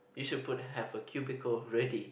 you should put have a cubical already